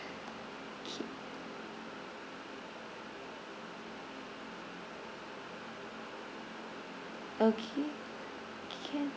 okay okay can